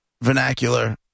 vernacular